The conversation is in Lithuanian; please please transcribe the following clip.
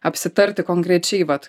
apsitarti konkrečiai vat